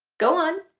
go on,